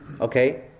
Okay